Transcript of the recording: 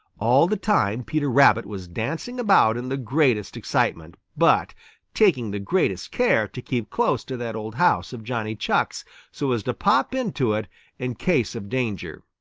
all the time peter rabbit was dancing about in the greatest excitement, but taking the greatest care to keep close to that old house of johnny chuck's so as to pop into it in case of danger.